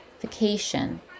vacation